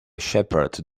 shepherd